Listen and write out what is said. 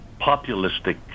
populistic